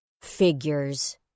figures